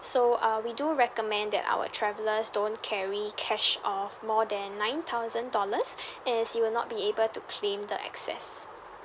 so uh we do recommend that our travellers don't carry cash of more than nine thousand dollars as you will not be able to claim the excess